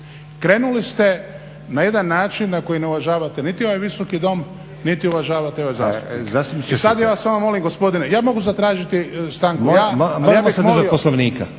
Krenuli ste na jedan način na koji ne uvažavate niti ovaj Visoki dom niti uvažavate ove zastupnike. Sad ja samo molim gospodine, ja mogu zatražiti stanku…